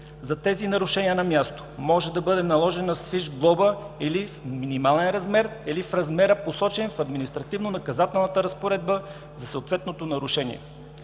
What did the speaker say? За тези нарушения на място може да бъде наложена с фиш глоба или в минималния размер, или в размера, посочен в административнонаказателната разпоредба за съответното нарушение.